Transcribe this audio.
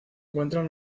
encuentran